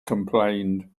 complained